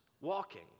walking